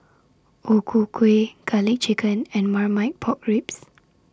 O Ku Kueh Garlic Chicken and Marmite Pork Ribs